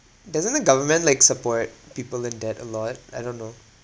doesn't the government like support people in debt a lot I don't know